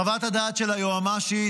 חוות הדעת של היועמ"שית,